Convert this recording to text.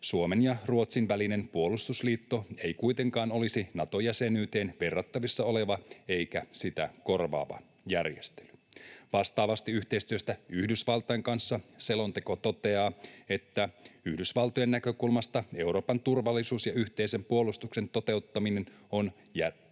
Suomen ja Ruotsin välinen puolustusliitto ei kuitenkaan olisi Nato-jäsenyyteen verrattavissa oleva eikä sitä korvaava järjestely. Vastaavasti yhteistyöstä Yhdysvaltain kanssa selonteko toteaa, että Yhdysvaltojen näkökulmasta Euroopan turvallisuus ja yhteisen puolustuksen toteuttaminen on järjestetty